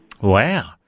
Wow